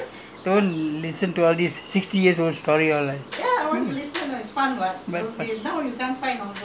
oh ya mang~ mangosteen ah that's a long time now story lah !aiya! don't listen to all these sixty year old story all